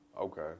okay